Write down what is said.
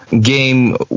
game